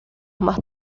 más